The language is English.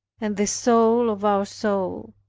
and the soul of our soul.